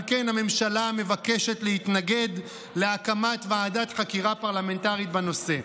על כן הממשלה מבקשת להתנגד להקמת ועדת חקירה פרלמנטרית בנושא.